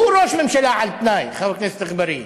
הוא ראש ממשלה על-תנאי, חבר הכנסת אגבאריה.